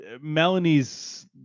Melanie's